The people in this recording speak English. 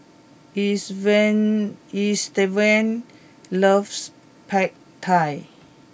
Estevan loves Pad Thai